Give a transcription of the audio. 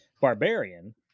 Barbarian